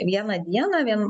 vieną dieną vien